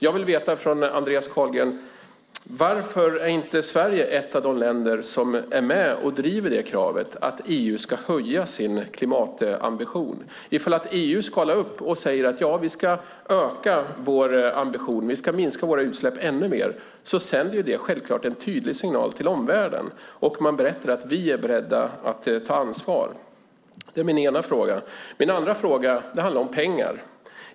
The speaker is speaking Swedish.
Jag vill veta, Andreas Carlgren: Varför är inte Sverige ett av de länder som driver kravet att EU ska höja sin klimatambition? Om EU skalar upp och säger att man ska öka ambitionen och minska utsläppen ännu mer sänder det naturligtvis en tydlig signal till omvärlden, och man berättar att man är beredd att ta ansvar. Min andra fråga handlar om pengar.